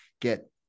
get